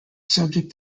subject